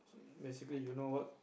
basically you know what